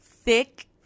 thick